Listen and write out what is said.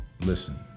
listen